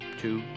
two